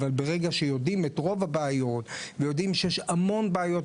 אבל ברגע שיודעים את רוב הבעיות ויודעים שיש המון בעיות,